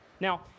Now